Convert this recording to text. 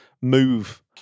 move